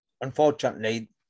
unfortunately